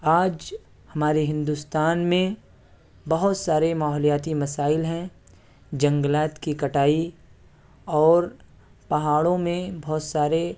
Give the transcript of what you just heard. آج ہمارے ہندوستان میں بہت سارے ماحولیاتی مسائل ہیں جنگلات کی کٹائی اور پہاڑوں میں بہت سارے